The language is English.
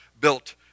built